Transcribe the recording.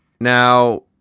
Now